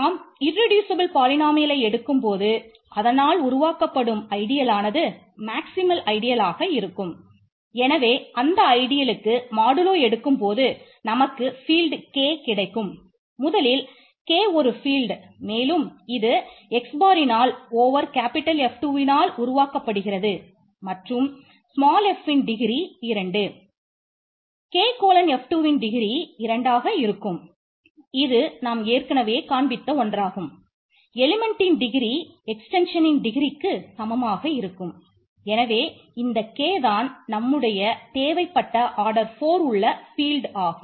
நாம் இர்ரெடியூசபல் பாலினோமியலை ஆகும்